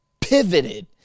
pivoted